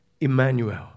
Emmanuel